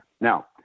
Now